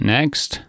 Next